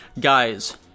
guys